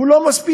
הוא לא מספיק,